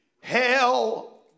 hell